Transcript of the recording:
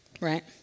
right